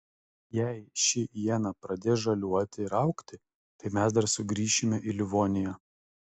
jei ši iena pradės žaliuoti ir augti tai mes dar sugrįšime į livoniją